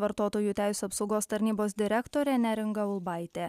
vartotojų teisių apsaugos tarnybos direktorė neringa ulbaitė